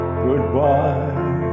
goodbye